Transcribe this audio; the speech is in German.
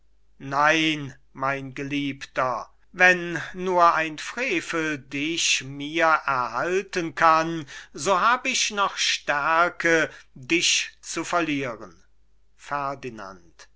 nein mein geliebter wenn nur ein frevel dich mir erhalten kann so hab ich noch stärke dich zu verlieren